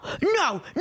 no